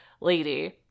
lady